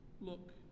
Look